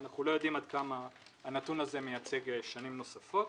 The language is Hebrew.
אנחנו לא יודעים עד כמה הנתון הזה מייצג שנים נוספות.